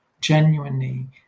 genuinely